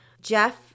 Jeff